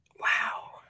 Wow